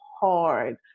hard